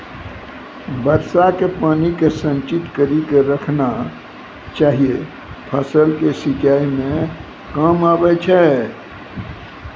वर्षा के पानी के संचित कड़ी के रखना चाहियौ फ़सल के सिंचाई मे काम आबै छै?